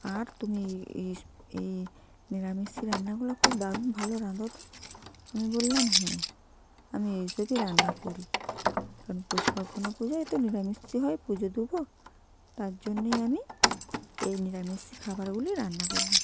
আর তুমি এ এইস এই নিরামিষী রান্নাগুলো খুব দারুণ ভালো রাঁধো তো আমি বললাম হ্যাঁ আমি এই সবই রান্না করি কারণ পৌষ পার্বণে পূজায় তো নিরামিষই হয় পুজো দোবো তার জন্যেই আমি এই নিরামিষ খাবারগুলি রান্না করলাম